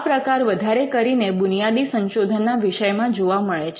આ પ્રકાર વધારે કરીને બુનિયાદી સંશોધનના વિષયમાં જોવા મળે છે